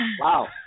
Wow